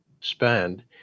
spend